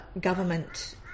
government